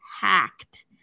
hacked